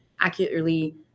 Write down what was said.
accurately